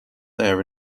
there